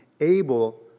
able